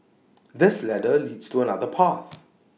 this ladder leads to another path